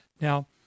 Now